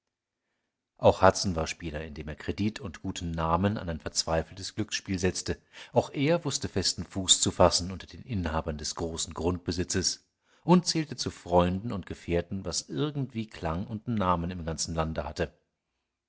auch hudson war spieler indem er kredit und guten namen an ein verzweifeltes glücksspiel setzte auch er wußte festen fuß zu fassen unter den inhabern des großen grundbesitzes und zählte zu freunden und gefährten was irgendwie klang und namen im ganzen lande hatte